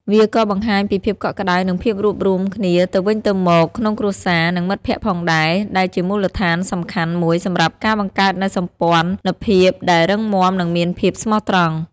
វាក៏បង្ហាញពីភាពកក់ក្ដៅ និងភាពរួមរួមគ្នាទៅវិញទៅមកក្នុងគ្រួសារ និងមិត្តភក្តិផងដែរ ដែលជាមូលដ្ឋានសំខាន់មួយសម្រាប់ការបង្កើតនូវសម្ព័ន្ធភាពដែលរឹងមាំ និងមានភាពស្មោះត្រង់។